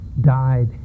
died